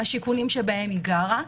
מהשיכונים שבהם היא גרה,